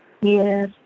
Yes